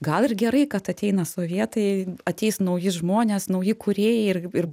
gal ir gerai kad ateina sovietai ateis nauji žmonės nauji kūrėjai ir ir